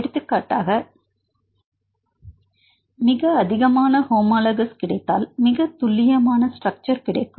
எடுத்துக்காட்டாக மிக அதிகமான்ன ஹோமோலகஸ் கிடைத்தால் மிகத் துல்லியமான ஸ்ட்ரக்ச்சர் கிடைக்கும்